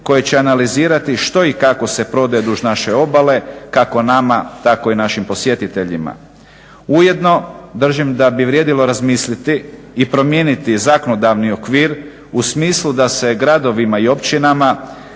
koje će analizirati što i kako se prodaje duž naše obale, kako nama tako i našim posjetiteljima. Ujedno, držim da bi vrijedilo razmisliti i promijeniti zakonodavni okvir u smislu da se gradovima i općinama